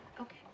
Okay